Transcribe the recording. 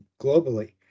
globally